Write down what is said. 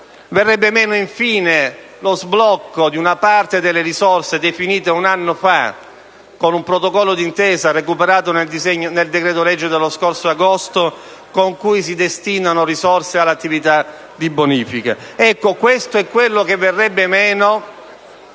Verrebbe meno, infine, lo sblocco di una parte delle risorse definite un anno fa con un protocollo d'intesa recuperato nel decreto-legge dello scorso agosto, con cui si destinano risorse all'attività di bonifica. Ecco, questo è quello che verrebbe meno